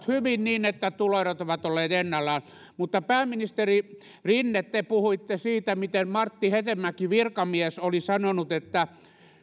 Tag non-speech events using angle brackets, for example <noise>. <unintelligible> hyvin niin että tuloerot ovat olleet ennallaan mutta pääministeri rinne te puhuitte siitä miten martti hetemäki virkamies oli sanonut että